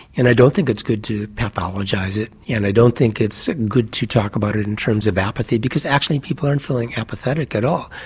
and i don't think it's good to pathologise it and i don't think it's good to talk about it it in terms of apathy because actually people aren't feeling apathetic at all,